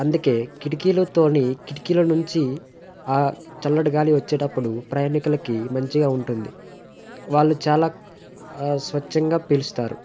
అందుకే కిటికీలతోని కిటికీల నుంచి ఆ చల్లటి గాలి వచ్చేటప్పుడు ప్రయాణికులకి మంచిగా ఉంటుంది వాళ్ళు చాలా స్వచ్ఛంగా పీలుస్తారు